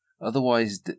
Otherwise